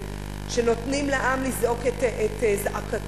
ושנותנים לעם לזעוק את זעקתו.